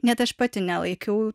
net aš pati nelaikiau